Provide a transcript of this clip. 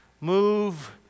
Move